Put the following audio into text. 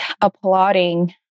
applauding